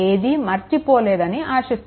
ఏది మర్చిపోలేదు అని ఆశిస్తున్నాను